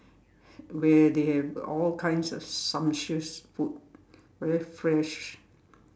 where they have all kinds of sumptuous food very fresh